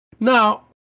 Now